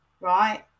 Right